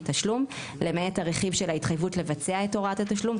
תשלום למעט הרכיב של ההתחייבות לבצע את הוראת התשלום,